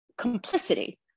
complicity